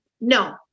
no